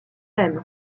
aime